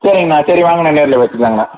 சரிங்கண்ணா சரி வாங்கண்ணா நேரில் பேசிக்கலாங்கண்ணா